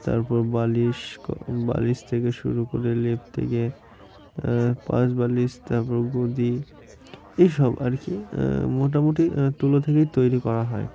তারপর বালিশ বালিশ থেকে শুরু করে লেপ থেকে পাশ বালিশ তারপর গদি এইসব আর কি মোটামুটি তুলো থেকেই তৈরি করা হয়